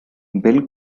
bill